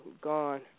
gone